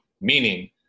Meaning